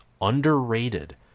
underrated